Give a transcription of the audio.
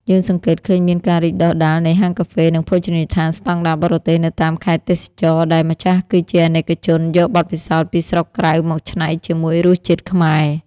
យើងសង្កេតឃើញមានការរីកដុះដាលនៃ "ហាងកាហ្វេ និងភោជនីយដ្ឋានស្ដង់ដារបរទេស" នៅតាមខេត្តទេសចរណ៍ ដែលម្ចាស់គឺជាអាណិកជនយកបទពិសោធន៍ពីស្រុកក្រៅមកច្នៃជាមួយរសជាតិខ្មែរ។